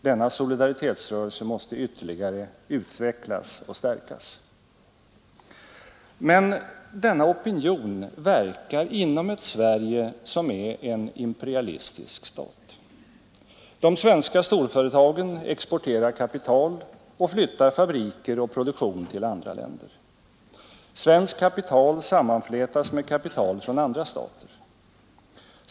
Denna solidaritetsrörelse måste ytterligare stärkas och utvecklas. Men denna opinion verkar inom ett Sverige som är en imperialistisk stat. De svenska storföretagen exporterar kapital och flyttar fabriker och produktion till andra länder. Svenskt kapital sammanflätas med kapital från andra länder.